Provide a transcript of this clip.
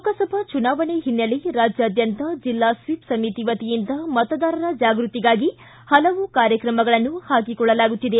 ಲೋಕಸಭಾ ಚುನಾವಣೆ ಹಿನ್ನೆಲೆ ರಾಜ್ಯಾದ್ಯಂತ ಜಿಲ್ಲಾ ಸ್ವೀಪ್ ಸಮಿತಿ ವತಿಯಿಂದ ಮತದಾರರ ಜಾಗೃತಿಗಾಗಿ ಹಲವು ಕಾರ್ಯಕ್ರಮಗಳನ್ನು ಹಾಕಿಕೊಳ್ಳಲಾಗುತ್ತಿದೆ